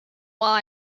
while